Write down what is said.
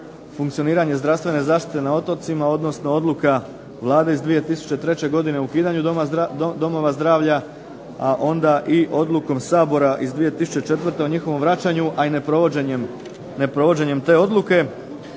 funkcioniranje zdravstvene zaštite na otocima, odnosno odluke Vlade iz 2003. godine o ukidanju domova zdravlja, a onda i odlukom Sabora iz 2004. o njihovom vraćanju, a i ne provođenjem te odluke,